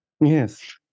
Yes